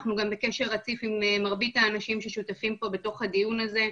אנחנו גם בקשר רציף עם מרבית האנשים ששותפים פה בדיון הזה,